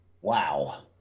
Wow